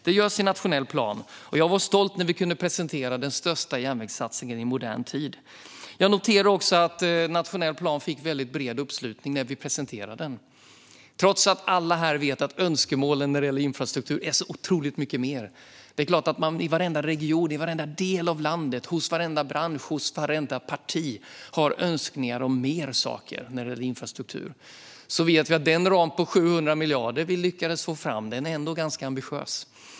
Det görs i den nationella planen, och jag var stolt när vi kunde presentera den största järnvägssatsningen i modern tid. Jag noterar också att den nationella planen fick en väldigt bred uppslutning när vi presenterade den. Trots att alla här vet att önskemålen när det gäller infrastruktur är otroligt stora - det är klart att man i varenda region och i varenda del av landet, hos varenda bransch och hos vartenda parti, har önskningar om mer saker när det gäller infrastruktur - vet vi att den ram på 700 miljarder vi lyckades få fram ändå är ganska ambitiös.